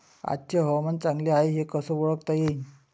आजचे हवामान चांगले हाये हे कसे ओळखता येईन?